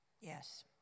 Yes